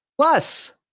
plus